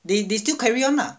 they they still carry on mah